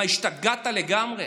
מה, השתגעת לגמרי?